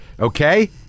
Okay